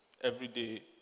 everyday